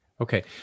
Okay